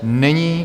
Není.